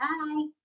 Bye